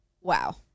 Wow